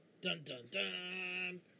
Dun-dun-dun